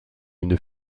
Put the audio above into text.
une